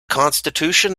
constitution